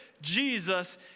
Jesus